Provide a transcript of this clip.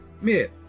Myth